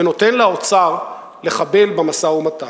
ונותן לאוצר לחבל במשא-ומתן.